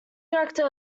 director